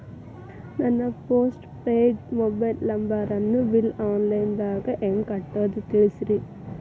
ನನ್ನ postpaid mobile ನಂಬರನ್ನು bill online ದಾಗ ಹೆಂಗ್ ಕಟ್ಟೋದು ತಿಳಿಸ್ರಿ